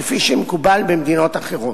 כפי שמקובל במדינות אחרות.